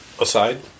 aside